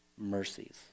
mercies